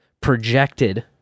projected